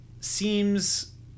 seems